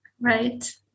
right